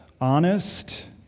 honest